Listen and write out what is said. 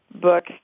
book